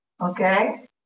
okay